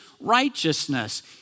righteousness